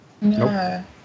No